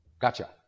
gotcha